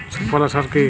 সুফলা সার কি?